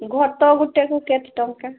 ଘଟ ଗୋଟେକୁ କେତେ ଟଙ୍କା